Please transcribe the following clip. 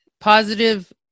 positive